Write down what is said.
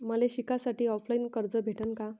मले शिकासाठी ऑफलाईन कर्ज भेटन का?